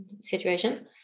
situation